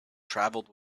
travelled